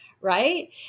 Right